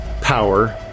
power